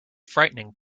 frightening